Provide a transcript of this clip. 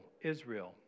Israel